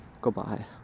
Goodbye